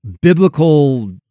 biblical